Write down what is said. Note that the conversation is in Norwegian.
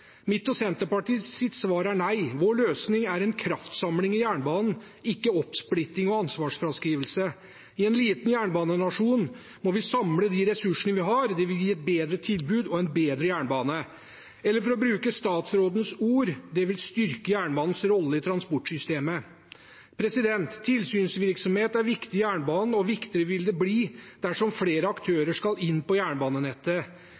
Mitt og Senterpartiets svar er nei. Vår løsning er en kraftsamling i jernbanen, ikke oppsplitting og ansvarsfraskrivelse. I en liten jernbanenasjon må vi samle de ressursene vi har. Det vil gi et bedre tilbud og en bedre jernbane. Eller for å bruke statsrådens ord: Det vil styrke jernbanens rolle i transportsystemet. Tilsynsvirksomhet er viktig i jernbanen, og viktigere vil det bli dersom flere